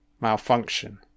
Malfunction